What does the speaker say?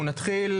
אנחנו נתחיל,